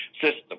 system